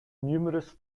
numerous